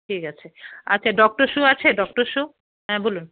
ঠিক আছে আচ্ছা ডক্টর শ্যু আছে ডক্টর শ্যু হ্যাঁ বলুন